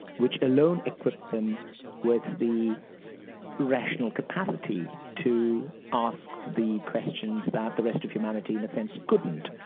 which alone equipped them with the rational capacity to ask the questions that the rest of humanity in a sense couldn't.